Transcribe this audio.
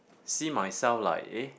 see myself like eh